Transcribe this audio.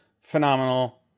phenomenal